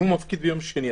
אם הוא מפקיד ביום שני,